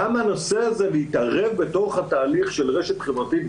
ככה זה נקרא באנגלית ברשתות החברתיות,